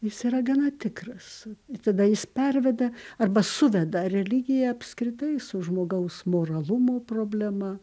jis yra gana tikras ir tada jis perveda arba suveda religiją apskritai su žmogaus moralumo problema